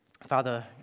Father